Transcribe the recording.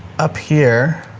up here